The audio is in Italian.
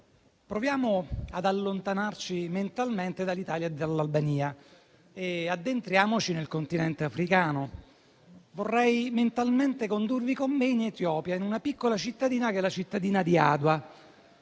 proviamo ad allontanarci mentalmente dall'Italia e dall'Albania e addentriamoci nel Continente africano: vorrei condurvi con me in Etiopia, in una piccola cittadina, Adua;